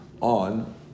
on